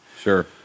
Sure